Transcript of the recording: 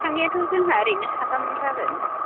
थांनायाथ' जोंहा ओरैनो साथाम जागोन